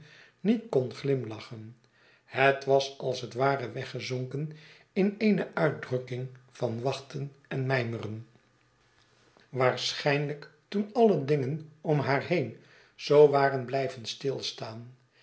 niet kon glimlachen het was als het ware weggezonken in eene uitdrukking van wachten en mijmeren waarschynhjk toen alle dingen om haar heen zoo waren blyven stilstaan